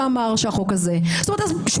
שאמר שהחוק הזה טוב.